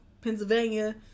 Pennsylvania